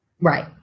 Right